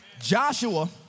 Joshua